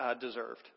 deserved